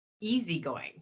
easygoing